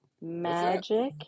magic